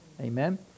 amen